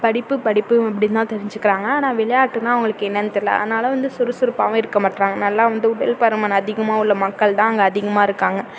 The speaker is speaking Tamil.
படிப்பு படிப்பு அப்படினு தான் தெரிஞ்சுக்கிறாங்க ஆனால் விளையாட்டுனா அவங்களுக்கு என்னென்னு தெரியல அதனால் வந்து சுறுசுறுப்பாகவும் இருக்க மாட்றாங்க நல்லா வந்து உடல் பருமன் அதிகமாக உள்ள மக்கள் தான் அங்கே அதிகமாக இருக்காங்க